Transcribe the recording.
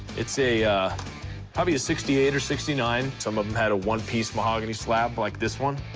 it's a a probably a sixty eight or sixty nine. some of them had a one piece mahogany slab like this one.